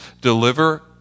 deliver